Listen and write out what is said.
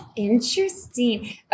interesting